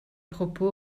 propos